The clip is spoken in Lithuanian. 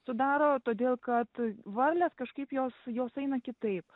sudaro todėl kad varlės kažkaip jos jos eina kitaip